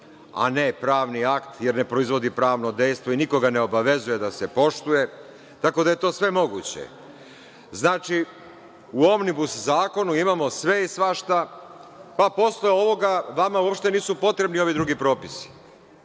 a ne pravni akt, jer ne proizvodi pravno dejstvo i nikoga ne obavezuje da se poštuje, tako da je to sve moguće. Znači, u Omnibus zakonu imamo sve i svašta, pa posle ovoga, vama uopšte nisu potrebni ovi drugi propisi,